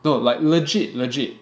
no like legit legit